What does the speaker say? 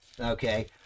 Okay